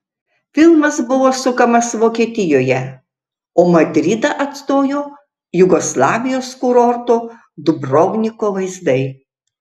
filmas buvo sukamas vokietijoje o madridą atstojo jugoslavijos kurorto dubrovniko vaizdai